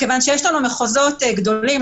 יש לנו מחוזות גדולים,